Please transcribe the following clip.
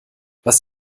was